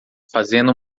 fazendo